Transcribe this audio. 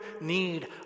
need